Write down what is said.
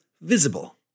visible